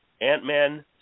Ant-Man